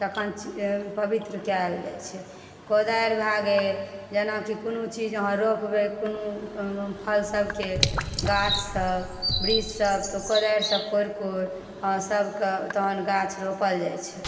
तखन पवित्र कैल जाइ छै कोदारि भए गेल जेनाकि कोनो चीज अहाँ रोपबै कोनो फल सबके गाछ सब वृक्ष सब तऽ कोदारिसँ कोरि कारि सबकेँ तहन गाछ रोपल जाइ छै